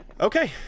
Okay